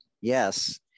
Yes